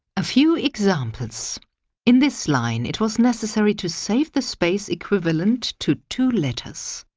a few examples in this line it was necessary to save the space equivalent to two letters.